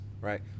right